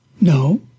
No